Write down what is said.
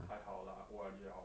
还好 lah O_R_D liao